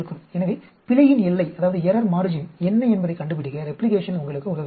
எனவே பிழையின் எல்லை என்ன என்பதைக் கண்டுபிடிக்க ரெப்ளிகேஷன் உங்களுக்கு உதவுகிறது